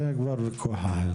זה כבר ויכוח אחר.